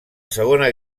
segona